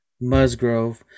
Musgrove